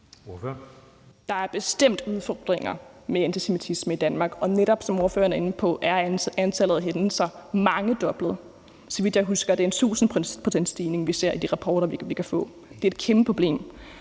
Der er bestemt udfordringer med antisemitisme i Danmark, og netop, som ordføreren er inde på, er antallet af hændelser mangedoblet. Så vidt jeg husker, er det en 1.000-procentsstigning, vi ser i de rapporter, vi kan få. Det er et kæmpeproblem,